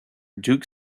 duke